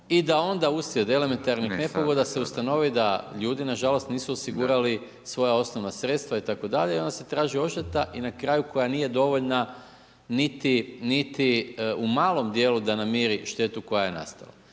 i da onda uslijed elementarnih nepogoda se ustanovi da ljudi nažalost nisu osigurali svoja osnovna sredstva itd. i onda se traži odšteta i na kraju koja nije dovoljna niti u malom dijelu da namiri štetu koja je nastala.